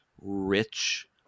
rich